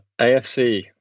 AFC